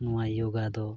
ᱱᱚᱣᱟ ᱭᱳᱜᱟ ᱫᱚ